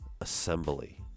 assembly